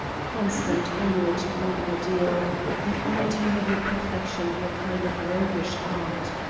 constant only to one ideal the unattainable perfection in a kind of roguish art.